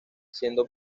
siendo